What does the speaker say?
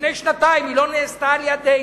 לפני שנתיים, היא לא נעשתה על-ידינו.